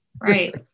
right